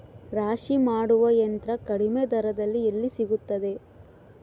ರಾಶಿ ಮಾಡುವ ಯಂತ್ರ ಕಡಿಮೆ ದರದಲ್ಲಿ ಎಲ್ಲಿ ಸಿಗುತ್ತದೆ?